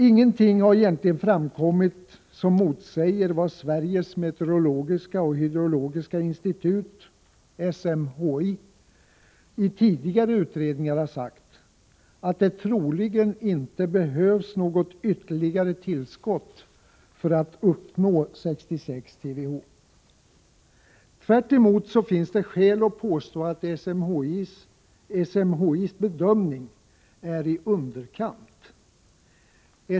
Ingenting har egentligen framkommit som motsäger vad Sveriges meteorologiska och hydrologiska institut, SMHI, i tidigare utredningar sagt — att det troligen inte behövs något ytterligare tillskott för att uppnå 66 TWh per år. Tvärtom finns det skäl att påstå att SMHI:s bedömning är i underkant.